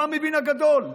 הוא המבין הגדול.